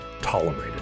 tolerated